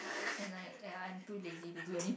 and like I'm too lazy to do any